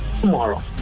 tomorrow